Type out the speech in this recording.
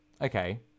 Okay